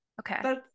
Okay